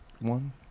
one